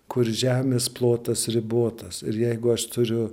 kur žemės plotas ribotas ir jeigu aš turiu